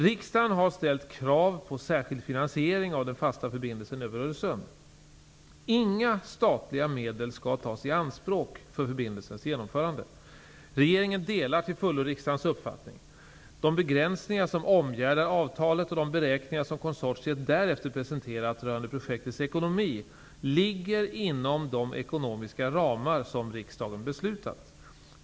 Riksdagen har ställt krav på särskild finansiering av den fasta förbindelsen över Öresund. Inga statliga medel skall tas i anspråk för förbindelsens genomförande. Regeringen delar till fullo riksdagens uppfattning. De begränsningar som omgärdar avtalet och de beräkningar som konsortiet därefter presenterat rörande projektets ekonomi ligger inom de ekonomiska ramar som riksdagen beslutat om.